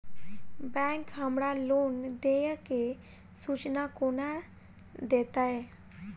Bank हमरा loan देय केँ सूचना कोना देतय?